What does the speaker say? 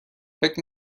فکر